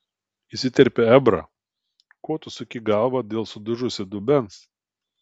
įsiterpė ebrą ko tu suki galvą dėl sudužusio dubens